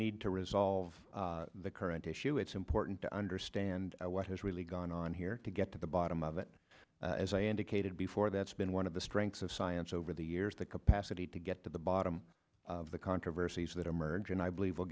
need to resolve of the current issue it's important to understand what has really gone on here to get to the bottom of it as i indicated before that's been one of the strengths of science over the years the capacity to get to the bottom of the controversies that emerge and i believe w